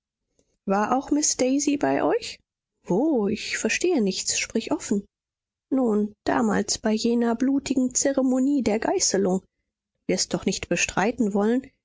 war auch miß daisy bei euch wo ich verstehe nichts sprich offen nun damals bei jener blutigen zeremonie der geißelung du wirst doch nicht bestreiten wollen